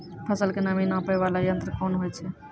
फसल के नमी नापैय वाला यंत्र कोन होय छै